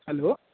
hello